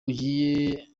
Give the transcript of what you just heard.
ugiye